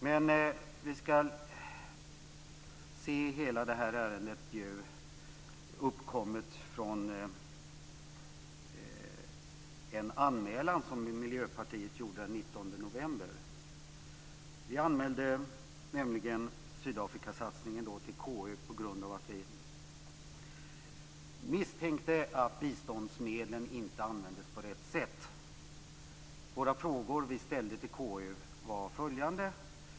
Men vi ska se hela detta ärende uppkommet från en anmälan som Miljöpartiet gjorde den 19 november. Då anmälde vi nämligen Sydafrikasatsningen till KU på grund av att vi misstänkte att biståndsmedlen inte användes på rätt sätt. De frågor som vi ställde till 1.